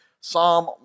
Psalm